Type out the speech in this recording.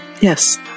Yes